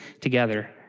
together